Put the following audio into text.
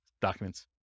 documents